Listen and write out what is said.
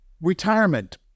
retirement